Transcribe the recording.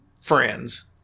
friends